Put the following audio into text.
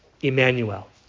Emmanuel